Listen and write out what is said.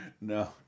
No